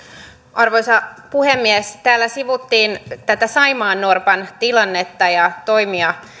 arvoisa puhemies täällä sivuttiin saimaannorpan tilannetta ja niitä toimia